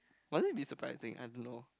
was it be surprising I don't know